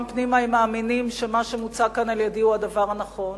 פנימה הם מאמינים שמה שמוצג כאן על-ידי הוא הדבר הנכון,